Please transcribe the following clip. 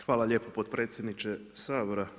Hvala lijepo potpredsjedniče Sabora.